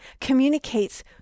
communicates